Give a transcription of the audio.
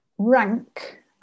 Rank